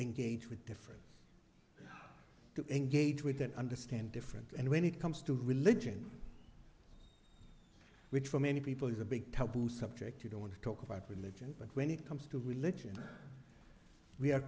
engage with different to engage with and understand different and when it comes to religion which for many people is a big taboo subject you don't want to talk about religion but when it comes to religion we are